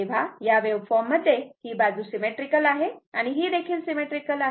तेव्हा या वेव्हफॉर्म मध्ये ही बाजू सिमेट्रीकल आहे आणि हीदेखील सिमेट्रीकल आहे